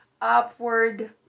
upward